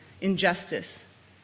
injustice